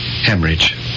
Hemorrhage